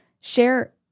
share